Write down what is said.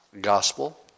gospel